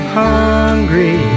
hungry